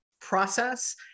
process